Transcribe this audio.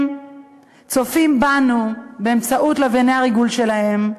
הם צופים בנו באמצעות לווייני הריגול שלהם,